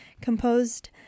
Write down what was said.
composed